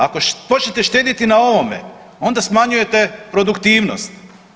Ako počnete štediti na ovome onda smanjujete produktivnost.